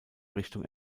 richtung